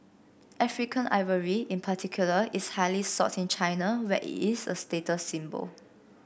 African ivory in particular is highly sought in China where it is a status symbol